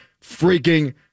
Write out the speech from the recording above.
freaking